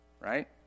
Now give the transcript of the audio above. Right